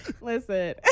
Listen